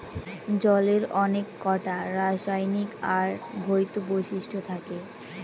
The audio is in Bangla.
জলের অনেককটা রাসায়নিক আর ভৌত বৈশিষ্ট্য থাকে